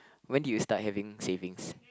when did you start having savings